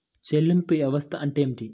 చెల్లింపు వ్యవస్థ అంటే ఏమిటి?